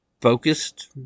focused